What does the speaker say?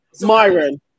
Myron